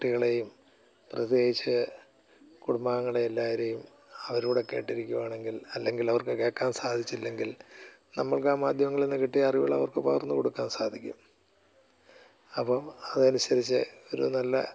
കുട്ടികളേയും പ്രത്യേകിച്ച് കുടുംബാംഗങ്ങളേയും എല്ലാവരേം അവരുംകൂടെ കേട്ടിരിക്കുകയാണെങ്കിൽ അല്ലെങ്കിൽ അവർക്ക് കേൾക്കാൻ സാധിച്ചില്ലെങ്കിൽ നമ്മൾക്ക് ആ മാധ്യമങ്ങളിൽനിന്ന് കിട്ടിയ അറിവുകൾ അവർക്ക് പകർന്നുകൊടുക്കാൻ സാധിക്കും അപ്പം അതനുസരിച്ച് ഒരു നല്ല